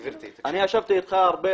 ישבתי אתך הרבה,